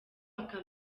aka